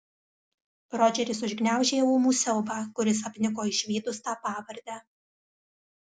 rodžeris užgniaužė ūmų siaubą kuris apniko išvydus tą pavardę